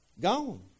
Gone